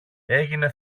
έγινε